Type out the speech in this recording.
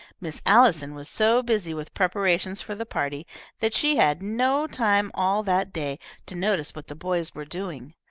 miss allison was so busy with preparations for the party that she had no time all that day to notice what the boys were doing.